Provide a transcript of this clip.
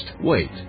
Wait